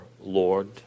Lord